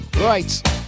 Right